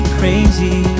crazy